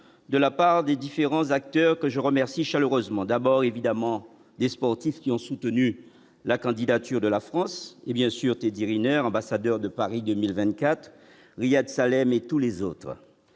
de la part des différents acteurs, que je remercie chaleureusement d'abord évidemment des sportifs qui ont soutenu la candidature de la France, et bien sûr Teddy Riner ambassadeurs de Paris 2024 Ryad Salem et tous les autres,